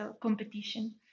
competition